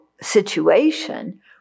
situation